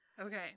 Okay